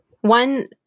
one